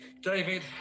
David